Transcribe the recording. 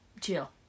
chill